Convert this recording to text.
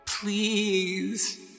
Please